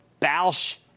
Balsh